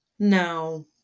no